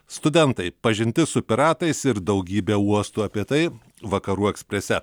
studentai pažintis su piratais ir daugybė uostų apie tai vakarų eksprese